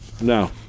No